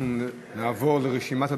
אנחנו נעבור לרשימת הדוברים.